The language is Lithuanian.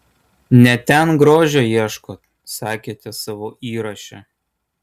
ne ten grožio ieškot sakėte savo įraše